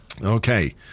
Okay